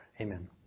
Amen